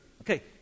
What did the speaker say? Okay